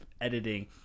editing